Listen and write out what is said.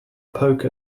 poke